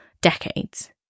decades